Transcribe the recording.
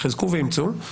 חזקו ואמצו.